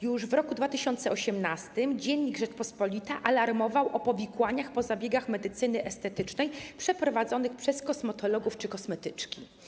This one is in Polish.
Już w roku 2018 dziennik ˝Rzeczpospolita˝ alarmował o powikłaniach po zabiegach medycyny estetycznej przeprowadzonych przez kosmetologów czy kosmetyczki.